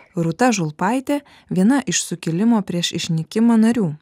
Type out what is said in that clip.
rūta žulpaitė viena iš sukilimo prieš išnykimą narių